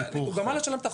הוא גמר לשלם את החוב,